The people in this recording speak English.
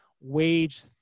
wage